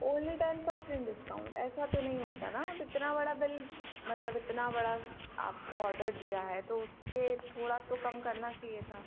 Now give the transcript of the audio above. only ten percent discount ऐसा तो नहीं होता ना अब इतना बड़ा बिल मतलब इतना बड़ा आपको ऑर्डर दिया है तो उसके थोड़ा तो कम करना चाहिए था